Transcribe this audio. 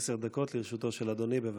עשר דקות לרשותו של אדוני, בבקשה.